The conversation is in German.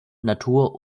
natur